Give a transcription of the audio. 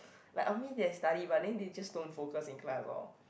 like on me they study but then they just don't focus in class orh